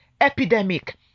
epidemic